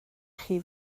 chi